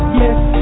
yes